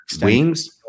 Wings